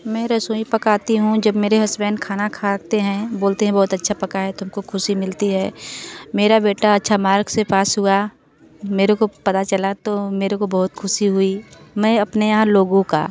मैं रसोई पकाती हूँ जब मेरे हसबैंड खाना खाते हैं बोलते हैं बहुत अच्छा पकाया है तो हमको खुशी मिलती है मेरा बेटा अच्छा मार्क से पास हुआ मेरे को पता चला तो मेरे को बहुत खुशी हुई मैं अपने यहाँ लोगों का